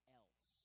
else